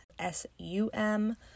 S-U-M